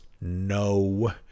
no